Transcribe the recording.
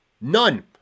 None